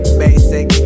basic